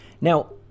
Now